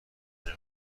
جهان